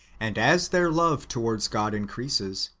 and as their love towards god increases.